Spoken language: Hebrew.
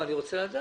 אני רוצה לדעת.